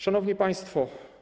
Szanowni Państwo!